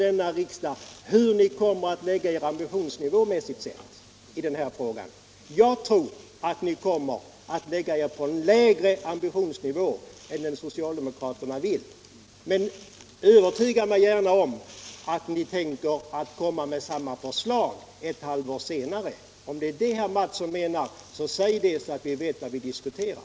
Säg någonting här inför kammarens ledamöter om detta! Jag tror att ni kommer att lägga er på en lägre ambitionsnivå än vad socialdemokraterna önskar. Men övertyga mig gärna om att ni kommer att lägga fram samma förslag ett halvår senare! Om det är det herr Mattsson menar, säg det då, så att vi vet vad vi diskuterar!